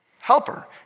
helper